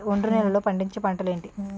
ఒండ్రు నేలలో పండించే పంటలు ఏంటి?